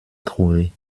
trouver